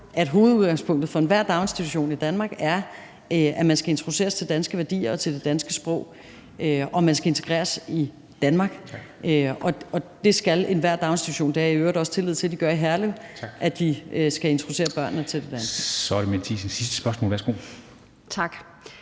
at hovedudgangspunktet for enhver daginstitution i Danmark er, at man skal introduceres til danske værdier og til det danske sprog, og man skal integreres i Danmark. Og det skal enhver daginstitution – og det har jeg i øvrigt også tillid til de gør i Herlev – introducere børnene til. Kl. 13:39 Formanden (Henrik Dam Kristensen): Så er det